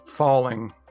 Falling